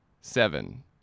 Seven